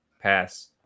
pass